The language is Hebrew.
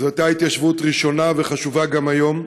זו הייתה התיישבות ראשונה, והיא חשובה גם היום.